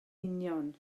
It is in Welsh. union